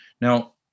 Now